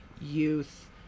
youth